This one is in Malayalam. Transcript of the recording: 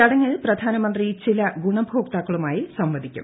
ചടങ്ങിൽ പ്രധാനമന്ത്രി ചില ഗുണഭോക്താക്കളുമായി സംവദിക്കും